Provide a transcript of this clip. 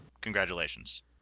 Congratulations